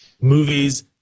movies